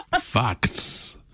Facts